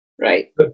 Right